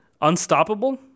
Unstoppable